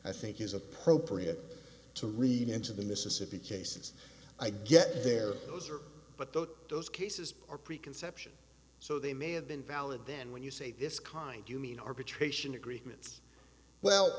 i think is appropriate to read into the mississippi cases i get there those are but those those cases are preconception so they may have been valid then when you say this kind you mean arbitration agreements well